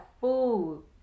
food